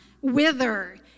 wither